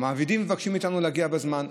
המעבידים מבקשים מאיתנו להגיע בזמן,